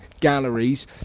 Galleries